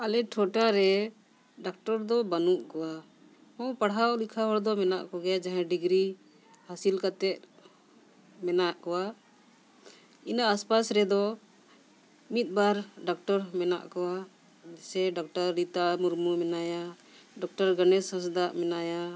ᱟᱞᱮ ᱴᱚᱴᱷᱟᱨᱮ ᱰᱟᱠᱴᱚᱨ ᱫᱚ ᱵᱟᱹᱱᱩᱜ ᱠᱚᱣᱟ ᱦᱚᱸ ᱯᱟᱲᱦᱟᱣ ᱞᱮᱠᱷᱟ ᱦᱚᱲ ᱫᱚ ᱢᱮᱱᱟᱜ ᱠᱚᱜᱮᱭᱟ ᱡᱟᱦᱟᱸᱭ ᱰᱤᱜᱽᱨᱤ ᱦᱟᱹᱥᱤᱞ ᱠᱟᱛᱮᱫ ᱢᱮᱱᱟᱜ ᱠᱚᱣᱟ ᱤᱱᱟᱹ ᱟᱥ ᱯᱟᱥ ᱨᱮᱫᱚ ᱢᱤᱫ ᱵᱟᱨ ᱰᱟᱠᱴᱚᱨ ᱢᱮᱱᱟᱜ ᱠᱚᱣᱟ ᱥᱮ ᱰᱚᱠᱴᱚᱨ ᱨᱤᱛᱟ ᱢᱩᱨᱢᱩ ᱢᱮᱱᱟᱭᱟ ᱰᱚᱠᱴᱚᱨ ᱜᱚᱱᱮᱥ ᱦᱟᱸᱥᱫᱟ ᱢᱮᱱᱟᱭᱟ